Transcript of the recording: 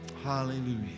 hallelujah